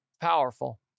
Powerful